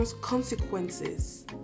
consequences